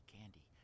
candy